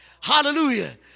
Hallelujah